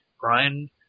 Brian